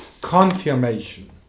confirmation